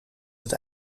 het